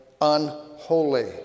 unholy